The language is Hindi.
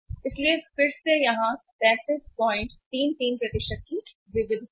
इसलिए फिर से यहाँ 3333 की विविधता है